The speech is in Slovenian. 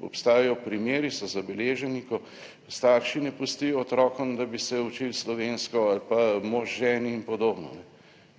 Obstajajo primeri, so zabeleženi, ko starši ne pustijo otrokom, da bi se učili slovensko, ali pa mož ženi in podobno.